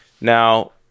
Now